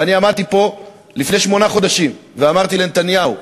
ואני עמדתי פה לפני שמונה חודשים ואמרתי לנתניהו: